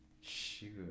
Shoot